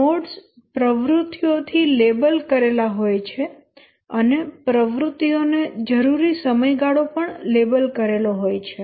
nodes પ્રવૃત્તિઓ થી label કરેલા હોય છે અને પ્રવૃત્તિઓ ને જરૂરી સમયગાળો પણ લેબલ કરેલો હોય છે